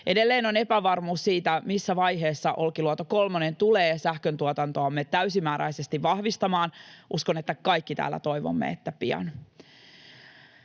Edelleen on epävarmuus siitä, missä vaiheessa Olkiluoto kolmonen tulee sähköntuotantoamme täysimääräisesti vahvistamaan. Uskon, että kaikki täällä toivomme, että pian.